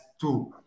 two